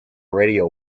radio